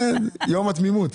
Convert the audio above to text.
כן, יום התמימות.